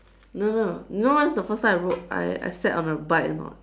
no no you know when was the first time I rode I I sat on the bike or not